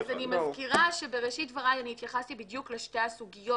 אז אני מזכירה שבראשית דבריי אני התייחסתי בדיוק לשתי הסוגיות